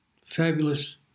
fabulous